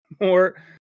more